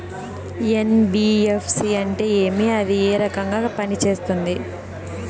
NBFC అంటే ఏమి అది ఏ రకంగా పనిసేస్తుంది